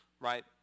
right